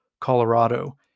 Colorado